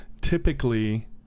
typically